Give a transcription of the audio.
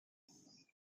uno